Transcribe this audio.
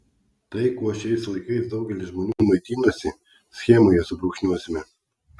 tai kuo šiais laikais daugelis žmonių maitinasi schemoje subrūkšniuosime